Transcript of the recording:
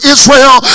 Israel